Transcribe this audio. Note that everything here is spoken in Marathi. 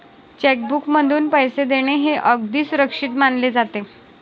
चेक बुकमधून पैसे देणे हे अगदी सुरक्षित मानले जाते